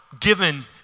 given